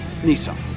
Nissan